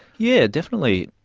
yeah definitely.